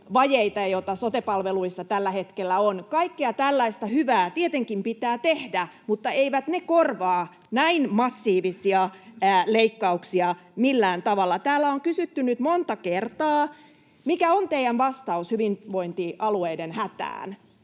vajeita, joita sote-palveluissa tällä hetkellä on? Kaikkea tällaista hyvää tietenkin pitää tehdä, mutta eivät ne korvaa näin massiivisia leikkauksia millään tavalla. Täällä on kysytty nyt monta kertaa, mikä on teidän vastaus hyvinvointialueiden hätään.